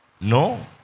No